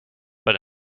but